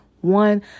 one